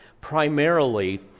primarily